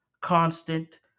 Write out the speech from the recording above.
constant